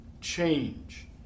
change